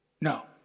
No